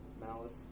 malice